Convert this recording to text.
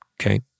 okay